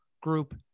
group